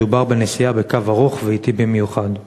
מדובר בנסיעה בקו ארוך ואטי במיוחד.